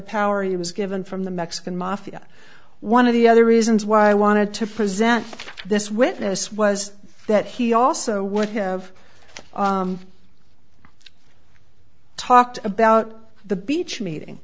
power he was given from the mexican mafia one of the other reasons why i wanted to present this witness was that he also would have talked about the beach meeting